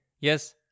Yes